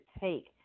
take